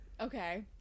Okay